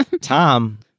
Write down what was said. Tom